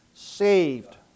saved